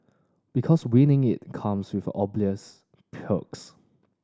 because winning it comes with obvious perks